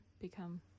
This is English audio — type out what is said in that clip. become